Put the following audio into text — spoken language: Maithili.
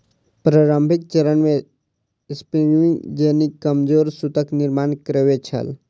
प्रारंभिक चरण मे स्पिनिंग जेनी कमजोर सूतक निर्माण करै छल